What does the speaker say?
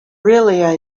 really